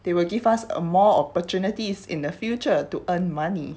they will give us a more opportunities in the future to earn money